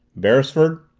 beresford,